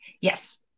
Yes